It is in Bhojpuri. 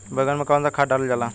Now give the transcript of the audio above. बैंगन में कवन सा खाद डालल जाला?